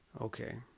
Okay